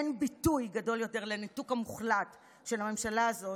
אין ביטוי גדול יותר לניתוק המוחלט של הממשלה הזאת,